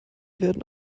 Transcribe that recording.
werden